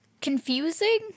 confusing